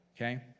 Okay